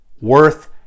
worth